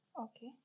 okay